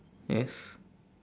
yes